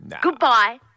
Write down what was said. Goodbye